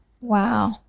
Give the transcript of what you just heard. wow